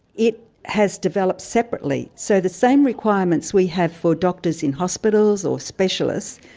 it has developed separately. so the same requirements we have for doctors in hospitals or specialists,